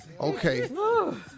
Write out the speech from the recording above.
Okay